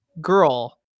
girl